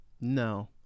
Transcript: No